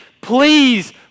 please